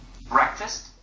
breakfast